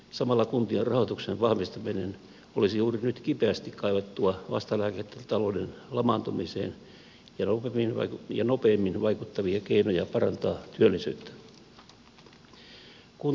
samalla kuntien rahoituksen vahvistaminen olisi juuri nyt kipeästi kaivattua vastalääkettä talouden lamaantumiseen ja nopeimmin vaikuttavia keinoja parantaa työllisyyttä